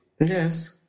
Yes